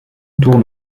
tourne